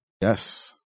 Yes